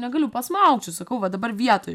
negaliu pasmaugčiau sakau va dabar vietoj